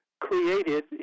created